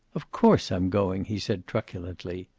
of course i'm going, he said, truculently.